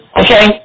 okay